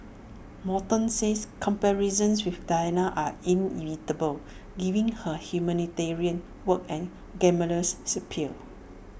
Morton says comparisons with Diana are inevitable given her humanitarian work and glamorous appeal